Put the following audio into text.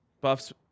buffs